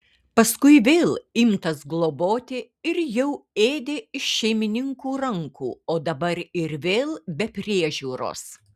paskui vėl imtas globoti ir jau ėdė iš šeimininkų rankų o dabar ir vėl be priežiūros